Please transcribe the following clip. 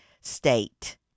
State